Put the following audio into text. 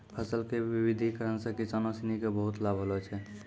फसल के विविधिकरण सॅ किसानों सिनि क बहुत लाभ होलो छै